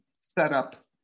setup